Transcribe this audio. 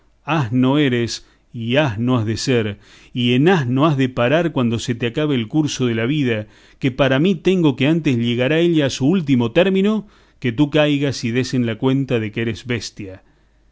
etc asno eres y asno has de ser y en asno has de parar cuando se te acabe el curso de la vida que para mí tengo que antes llegará ella a su último término que tú caigas y des en la cuenta de que eres bestia